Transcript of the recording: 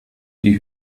die